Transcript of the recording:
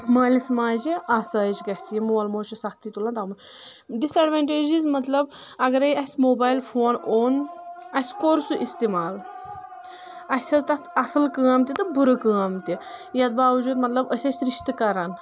مٲلِس ماجہِ آسٲیش گژھِ یہِ مول موج چھُ سخٕتی تُلن تمہٕ ڈِس اٮ۪ڈونٹیجِز مطلب اگرے اسہِ موبایل فون اوٚن اسہِ کوٚر سُہ استعمال اسہِ ہیٚژ تتھ اصل کٲم تہِ تہٕ بُرٕ کٲم تہِ یتھ باوجوٗد مطلب أسۍ ٲسۍ رشتہٕ کران